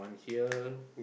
here